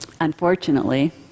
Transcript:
Unfortunately